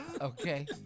Okay